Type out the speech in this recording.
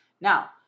Now